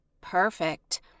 perfect